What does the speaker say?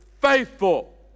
faithful